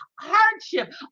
hardship